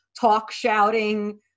talk-shouting